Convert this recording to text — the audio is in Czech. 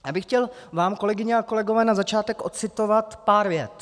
Já bych vám chtěl, kolegyně a kolegové, na začátek ocitovat pár vět: